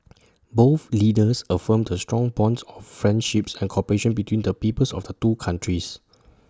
both leaders affirmed the strong bonds of friendship and cooperation between the peoples of the two countries